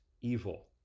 evil